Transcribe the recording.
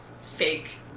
fake